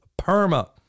PERMA